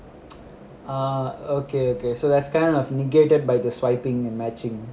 ah okay okay so that's kind of negated by the swiping and matching